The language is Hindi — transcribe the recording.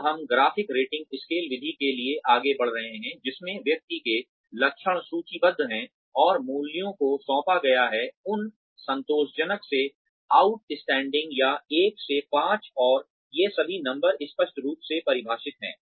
अब हम ग्राफिक रेटिंग स्केल विधि के लिए आगे बढ़ रहे हैं जिसमें व्यक्ति के लक्षण सूचीबद्ध हैं और मूल्यों को सौंपा गया है अन संतोषजनक से आउट स्टैंडिंग या 1 से 5 और ये सभी नंबर स्पष्ट रूप से परिभाषित हैं